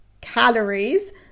calories